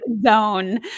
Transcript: zone